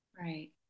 Right